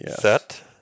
set